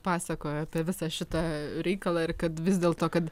pasakojo apie visą šitą reikalą ir kad vis dėl to kad